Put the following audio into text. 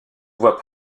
voie